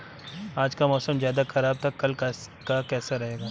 आज का मौसम ज्यादा ख़राब था कल का कैसा रहेगा?